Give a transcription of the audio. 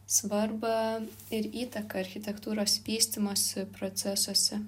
svarbą ir įtaką architektūros vystymosi procesuose